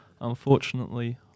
unfortunately